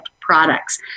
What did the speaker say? products